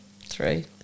Three